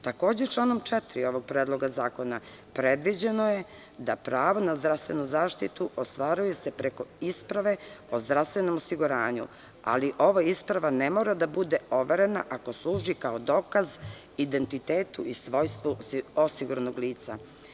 Takođe, članom 4. ovog predloga zakona predviđeno je da se pravo na zdravstvenu zaštitu ostvaruje preko isprave o zdravstvenom osiguranju, ali ova isprava ne mora da bude overena ako služi kao dokaz identitetu i svojstvu osiguranog lica.